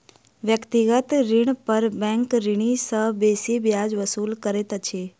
व्यक्तिगत ऋण पर बैंक ऋणी सॅ बेसी ब्याज वसूल करैत अछि